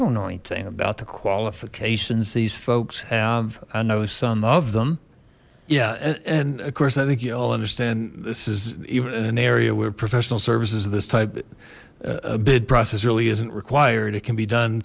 don't know anything about the qualifications these folks have i know some of them yeah and of course i think you all understand this is even in an area where professional services of this type a bid process really isn't required it can be done